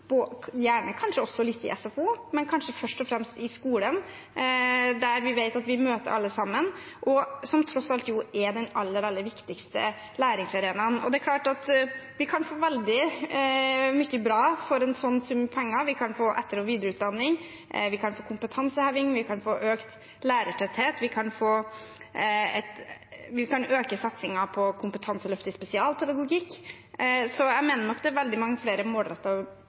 gjerne litt i SFO, men kanskje først og fremst i skolen, der vi vet at vi møter alle sammen, og som tross alt er den aller viktigste læringsarenaen. Det er klart at vi kan få veldig mye bra for en sånn sum med penger. Vi kan få etter- og videreutdanning. Vi kan få kompetanseheving. Vi kan få økt lærertetthet. Og vi kan øke satsingen på kompetanseløftet i spesialpedagogikk. Så jeg mener nok det er veldig mange flere